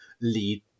lead